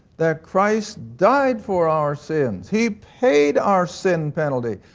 that christ died for our sins, he paid our sin penalty,